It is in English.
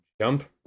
jump